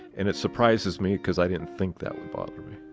and it surprises me because i didn't think that would bother me